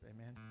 Amen